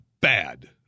bad